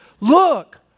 Look